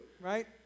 right